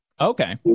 okay